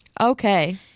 Okay